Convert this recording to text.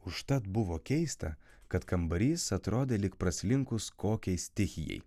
užtat buvo keista kad kambarys atrodė lyg praslinkus kokiai stichijai